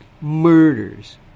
murders